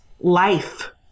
life